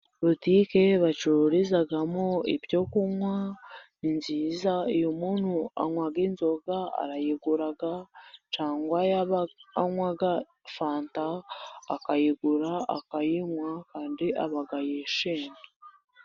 Butike bacururizamo ibyo kunywa ni nziza, iyo umuntu anywa inzoga arayigura, cyangwa yaba anywa fanta akayigura akayinywa, kandi aba yishimye.